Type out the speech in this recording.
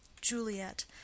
Juliet